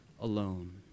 Alone